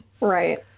Right